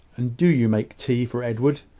and do you make tea for edward,